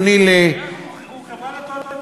אז הוא יהיה כפוף, אדוני, הוא חברה לתועלת הציבור,